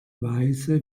weise